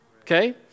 Okay